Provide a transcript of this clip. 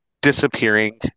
disappearing